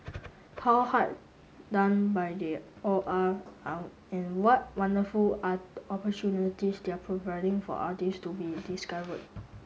how hard done by they all are and in what wonderful are the opportunities they're providing for artists to be discovered